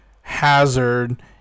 Hazard